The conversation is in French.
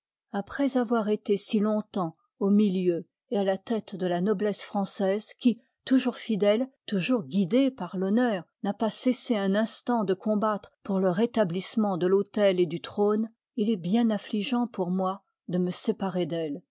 par l'honneur n'a pas cessé un instant de combattre pour le rétablissement de fautel et du trône il est bien affligeant pour moi de me séparer d'elle